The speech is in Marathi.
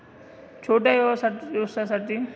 छोट्या व्यवसायासाठी मला किती कर्ज मिळू शकते?